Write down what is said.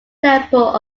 temple